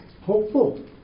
hopeful